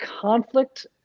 conflict